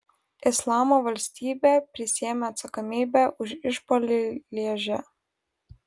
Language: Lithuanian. islamo valstybė prisiėmė atsakomybę už išpuolį lježe